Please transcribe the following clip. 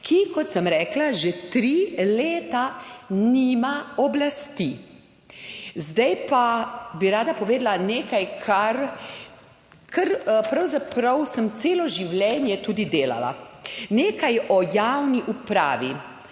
ki, kot sem rekla, že tri leta nima oblasti. Zdaj pa bi rada povedala nekaj, kar pravzaprav sem celo življenje tudi delala, nekaj o javni upravi.